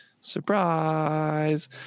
Surprise